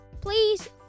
Please